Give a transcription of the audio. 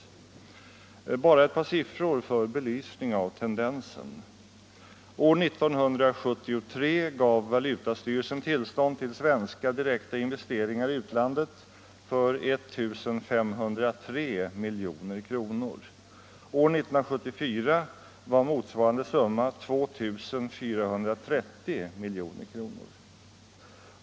Bara ett par siffror som belysning av tendensen. År 1973 gav valutastyrelsen tillstånd till svenska direkta investeringar i utlandet för I 503 milj.kr. År 1974 var motsvarande summa 2430 milj.kr.